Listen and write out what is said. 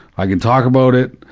i can talk about it,